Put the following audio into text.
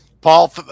Paul